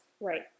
Right